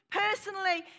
personally